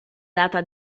data